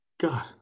god